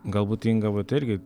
gal būt inga vat irgi